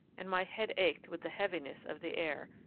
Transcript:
and my head ached with the heaviness of the air,